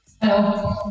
Hello